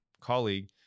colleague